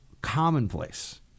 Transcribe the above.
commonplace